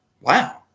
Wow